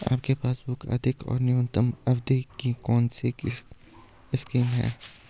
आपके पासबुक अधिक और न्यूनतम अवधि की कौनसी स्कीम है?